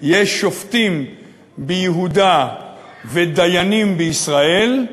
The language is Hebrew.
"יש שופטים ביהודה ודיינים בישראל".